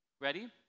Ready